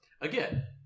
again